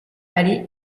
allez